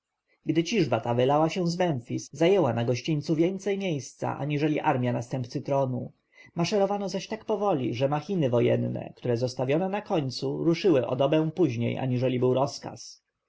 gdy ciżba ta wylała się z memfis zajęła na gościńcu więcej miejsca aniżeli armja następcy tronu maszerowano zaś tak powoli że machiny wojenne które zostawiono na końcu ruszyły o dobę później aniżeli był rozkaz